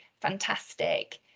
fantastic